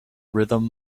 rhythm